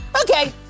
okay